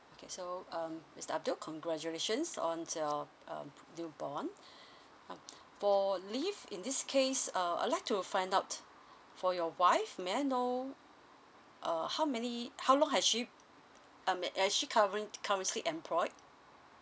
so um mister abdul congratulations on your um new born for leave in this case uh I like to find out for your wife may I know err how many how long has she um is she covering currently employed